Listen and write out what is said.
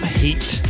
heat